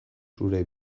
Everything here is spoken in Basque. zure